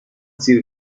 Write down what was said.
سیر